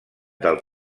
del